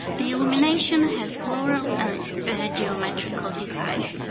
the illumination has floral geometrical designs.